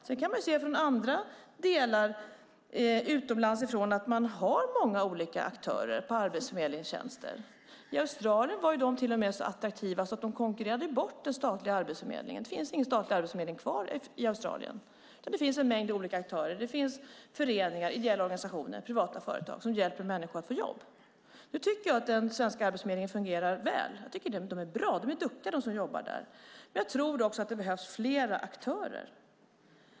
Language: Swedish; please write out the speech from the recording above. I en del andra länder har man många olika aktörer för arbetsförmedlingstjänster. I Australien var de till och med så attraktiva att de konkurrerade bort den statliga arbetsförmedlingen. Det finns ingen statlig arbetsförmedling kvar i Australien. Men det finns en mängd olika aktörer. Det finns föreningar, ideella organisationer och privata företag som hjälper människor att få jobb. Nu tycker jag att den svenska Arbetsförmedlingen fungerar väl. De är bra och duktiga, de som jobbar där. Men jag tror att det också behövs flera aktörer.